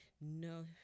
No